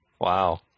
Wow